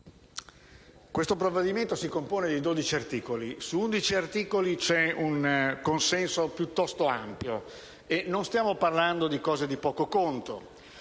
questo provvedimento si compone di 12 articoli. Su 11 articoli c'è un consenso piuttosto ampio e non stiamo parlando di cose di poco conto,